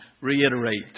reiterate